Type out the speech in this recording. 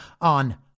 on